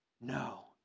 No